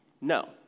No